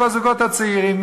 כל הזוגות הצעירים,